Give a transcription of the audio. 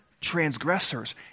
transgressors